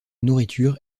nourriture